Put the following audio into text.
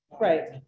Right